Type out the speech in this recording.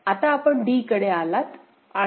आता आपण d कडे आलात